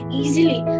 easily